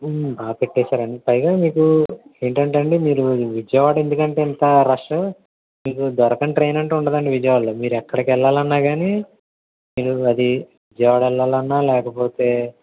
బాగా పెట్టేసారండి పైగా మీకు ఏంటంటే అండి మీరు విజయవాడ ఎందుకు అంటే ఇంతా రష్ మీకు దొరకని ట్రైన్ అంటూ ఉండదు అండి విజయవాడలో మీరు ఎక్కడికి వెళ్ళాలన్నా కానీ మీరు అది విజయవాడ వెళ్ళాలన్నా లేకపోతే